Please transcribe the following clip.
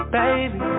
baby